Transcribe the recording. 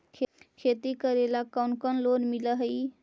खेती करेला कौन कौन लोन मिल हइ?